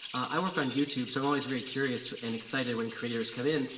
i work on youtube, so i'm always very curious and excited when creators come in.